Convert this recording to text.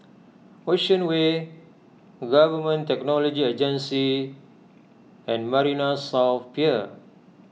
Ocean Way Government Technology Agency and Marina South Pier